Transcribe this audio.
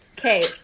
Okay